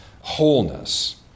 wholeness